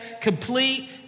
complete